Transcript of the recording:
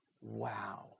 wow